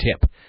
tip